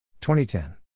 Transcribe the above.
2010